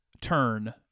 turn